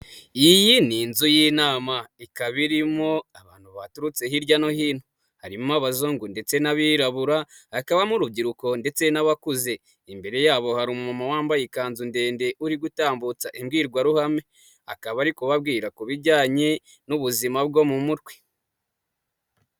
Iyi ni inzu y'inama. Ikaba irimo abantu baturutse hirya no hino. Harimo abazungu ndetse n'abirabura, hakabamo urubyiruko ndetse n'abakuze. Imbere yabo hari umuntu wambaye ikanzu ndende, uri gutambutsa imbwirwaruhame, akaba ari kubabwira ku bijyanye n'ubuzima bwo mu mutwe.